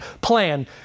plan